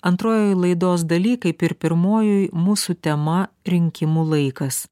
antrojoj laidos daly kaip ir pirmojoj mūsų tema rinkimų laikas